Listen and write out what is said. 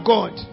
God